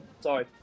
Sorry